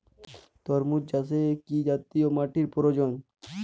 তরমুজ চাষে কি জাতীয় মাটির প্রয়োজন?